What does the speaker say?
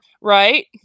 right